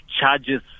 charges